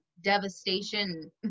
devastation